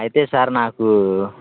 అయితే సార్ నాకు